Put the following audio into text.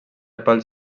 pals